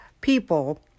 people